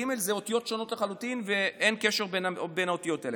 ג' הן אותיות שונות לחלוטין ואין קשר בין האותיות האלה.